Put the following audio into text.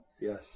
Yes